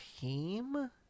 team